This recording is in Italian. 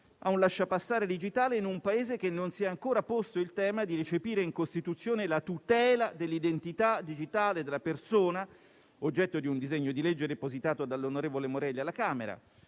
a un lasciapassare digitale in un Paese che non si è ancora posto il tema di recepire in Costituzione la tutela dell'identità digitale della persona, oggetto di un disegno di legge depositato dall'onorevole Morelli alla Camera.